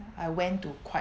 I went to quite